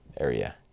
area